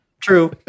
true